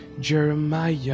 Jeremiah